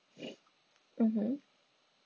mmhmm